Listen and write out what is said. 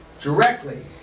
directly